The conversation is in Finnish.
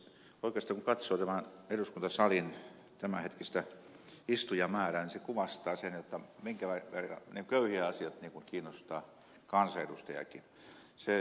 oikeastaan kun katsoo tämän eduskuntasalin tämänhetkistä istujamäärää niin se kuvastaa sitä jotta minkä verran köyhien asiat kiinnostavat kansanedustajiakin